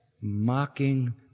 mocking